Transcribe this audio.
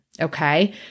okay